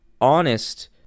honest